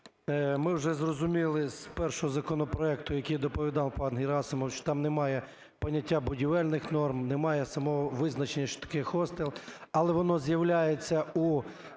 ми вже зрозуміли з першого законопроекту, який доповідав пан Герасимов, що там немає поняття будівельних норм, немає самого визначення, що таке хостел, але воно з'являється у